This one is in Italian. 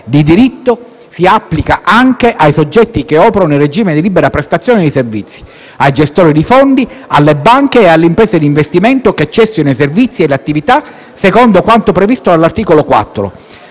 di diritto si applica anche ai soggetti che operano nel regime di libera prestazione di servizi, ai gestori di fondi, alle banche e alle imprese d'investimento che cessino i servizi e le attività secondo quanto previsto all'articolo 4,